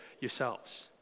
yourselves